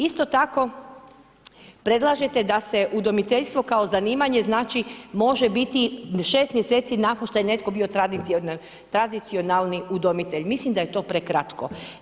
Isto tako predlažete da se udomiteljstvo kao zanimanje znači može biti 6 mjeseci nakon što je netko bio tradicionalni udomitelj, mislim da je to prekratko.